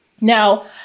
Now